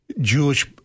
Jewish